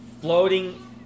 floating